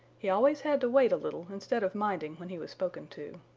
he always had to wait a little instead of minding when he was spoken to.